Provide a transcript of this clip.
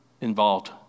involved